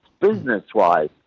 business-wise